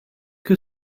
que